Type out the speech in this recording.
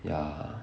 ya